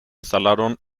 instalaron